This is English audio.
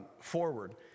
forward